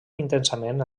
intensament